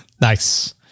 Nice